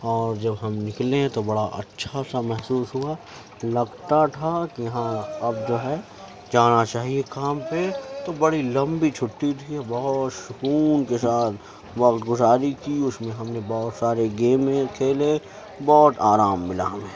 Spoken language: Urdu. اور جب ہم نکلے تو بڑا اچھا سا محسوس ہوا لگتا تھا کہ ہاں اب جو ہے جانا چاہیے کام پہ تو بڑی لمبی چھٹی تھی بہت سکون کے ساتھ وقت گزاری کی اس میں ہم نے بہت سارے گیمیں کھیلے بہت آرام ملا ہمیں